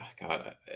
God